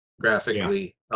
graphically